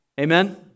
Amen